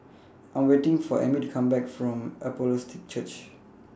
I Am waiting For Ammie to Come Back from Apostolic Church